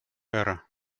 эра